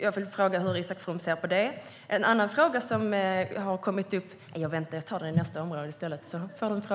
Jag vill fråga hur Isak From ser på det.